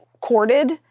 courted